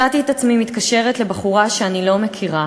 מצאתי את עצמי מתקשרת לבחורה שאני לא מכירה,